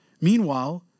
Meanwhile